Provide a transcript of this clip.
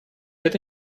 это